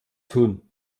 tun